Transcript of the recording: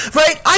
right